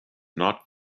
not